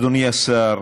אדוני השר,